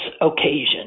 occasion